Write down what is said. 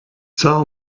tell